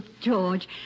George